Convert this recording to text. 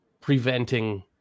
Preventing